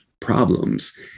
problems